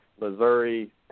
Missouri